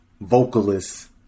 vocalist